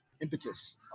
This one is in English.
impetus